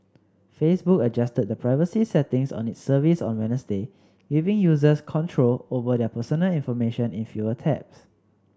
Facebook adjusted the privacy settings on its service on Wednesday giving users control over their personal information in fewer taps